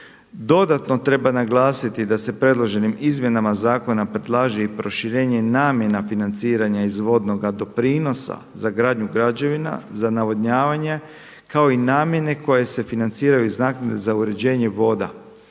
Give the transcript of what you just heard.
Dodatno treba naglasiti da se predloženim izmjenama zakona predlaže i proširenje i namjena financiranja iz vodnoga doprinosa za gradnju građevina, za navodnjavanje kao i namjene koje se financiraju iz naknade za uređenje voda